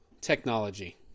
technology